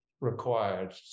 required